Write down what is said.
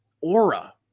aura